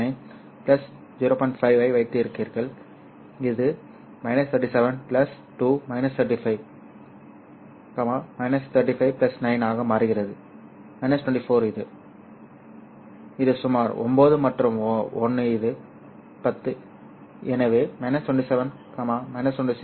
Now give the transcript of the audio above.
5 ஐ வைத்திருக்கிறீர்கள் இது 37 2 35 35 9 ஆக மாறுகிறது 24 இது இது சுமார் 9 மற்றும் 1 இது 10 எனவே 27 26 மற்றும் 25